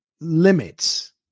limits